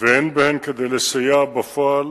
ואין בהן כדי לסייע בפועל